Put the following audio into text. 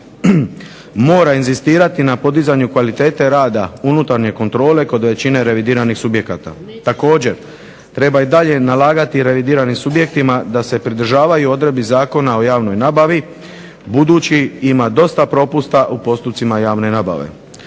mora inzistirati na podizanju kvalitete rada unutarnje kontrole kod većine revidiranih subjekata. Također, treba i dalje nalagati revidiranim subjektima da se pridržavaju odredbi Zakona o javnoj nabavi budući ima dosta propusta u postupcima javne nabave.